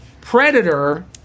Predator